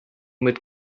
mit